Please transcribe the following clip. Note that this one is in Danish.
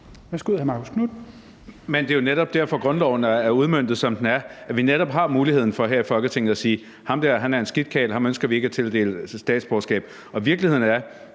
Det er jo netop derfor, grundloven er udmøntet, som den er, altså at vi netop har muligheden for her i Folketinget at sige, at ham der er en skidt karl, ham ønsker vi ikke at tildele statsborgerskab. Virkeligheden er,